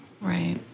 Right